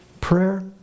prayer